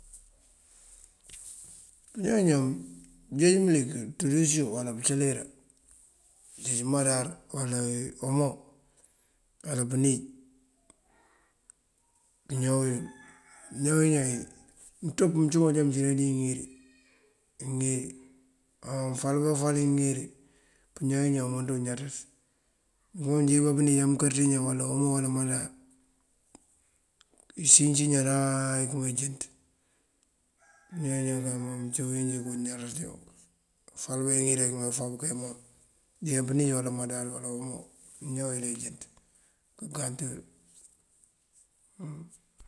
Bujoonjá jeej mëlik ţú dí usiw uwala bëcëlira kanjeej madar wala omo kaká pënij këñaw yul. Mëñaw iñan ink mëţoop ajaroon mucína dí iŋeri. Iŋeri, má mëfal kafal iŋeri pëñaw iñan muko ñaţaţ. Ambo mënjeej bá unij kakër ţí iñan wala omo wala madar isíinţ iñanáa këmee ijënţ. kañaw iñan ţí uwínjí kay mom kon ñaţaţ, mëfal bá iŋer ná ufoob kay mom, jeejan unij madar wala omo këñaw yël ejënţ këgant.